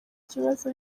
kibazo